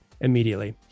immediately